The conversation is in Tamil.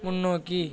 முன்னோக்கி